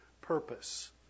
purpose